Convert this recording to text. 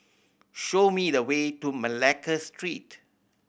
show me the way to Malacca Street